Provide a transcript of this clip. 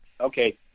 okay